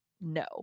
no